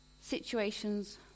situations